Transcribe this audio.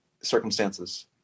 circumstances